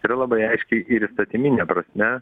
yra labai aiškiai ir įstatymine prasme